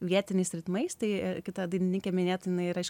vietiniais ritmais tai kita dainininkė minėtina jinai yra iš